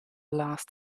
last